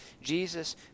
Jesus